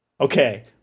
okay